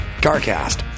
CarCast